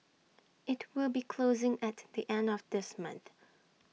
IT will be closing at the end of this month